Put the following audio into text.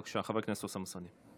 בבקשה, חבר הכנסת אוסאמה סעדי.